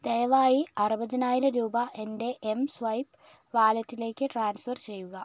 ദയവായി അറുപതിനായിരം രൂപ എൻ്റെ എം സ്വൈപ്പ് വാലറ്റിലേക്ക് ട്രാൻസ്ഫർ ചെയ്യുക